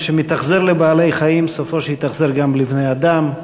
מי שמתאכזר לבעלי-חיים סופו שיתאכזר גם לבני-אדם.